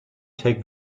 take